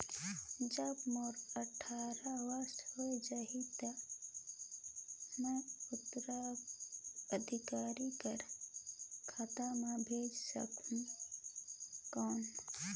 जब मोर अट्ठारह वर्ष हो जाहि ता मैं उत्तराधिकारी कर खाता मे भेज सकहुं कौन?